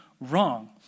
wrong